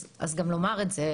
אז גם לומר את זה.